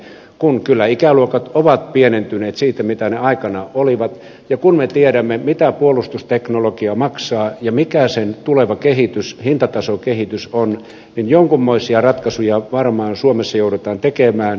kun ikäluokat ovat kyllä pienentyneet siitä mitä ne aikanaan olivat ja kun me tiedämme mitä puolustusteknologia maksaa ja mikä sen tuleva hintatasokehitys on niin jonkunmoisia ratkaisuja varmaan suomessa joudutaan tekemään